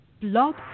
Blog